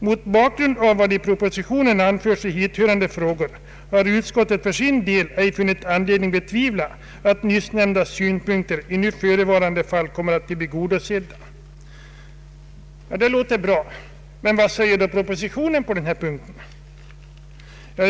Mot bakgrund av vad i propositionen anförts i hithörande frågor har utskottet för sin del ej funnit anledning betvivla att nyssnämnda synpunkter i nu förevarande fall kommer att bli tillgodosedda.” Det låter bra, men vad sägs i propositionen om detta?